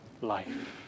life